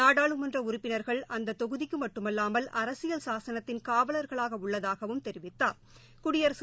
நாடாளுமன்ற உறுப்பினா்கள் அந்த தொகுதிக்கு மட்டுமல்ல அரசியல் சாசனத்தின் காவலா்களாக உள்ளதாகவும் தெரிவித்தாா்